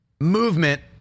movement